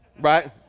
right